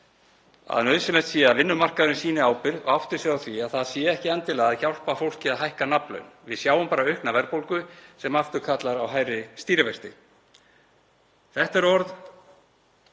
að nauðsynlegt sé að vinnumarkaðurinn sýni ábyrgð og átti sig á því að það sé ekki endilega að hjálpa fólki að hækka nafnlaun. Við sjáum þá bara aukna verðbólgu sem aftur kallar á hærri stýrivexti. Þetta eru orð